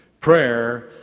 Prayer